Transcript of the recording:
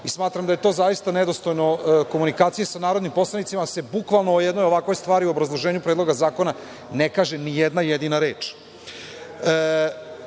i smatram da je to zaista nedostojno komunikacije sa narodnim poslanicima, da se bukvalno o jednoj ovakvoj stvari u obrazloženju Predloga zakona ne kaže ni jedna jedina reč. Da